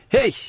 Hey